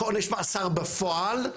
כעונש מאסר בפועל,